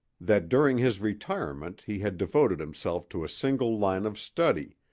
that during his retirement he had devoted himself to a single line of study,